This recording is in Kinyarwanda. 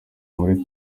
muri